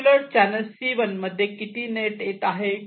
particular channel C1 मध्ये किती net येत आहेत